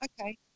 Okay